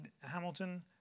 Hamilton